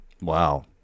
Wow